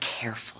careful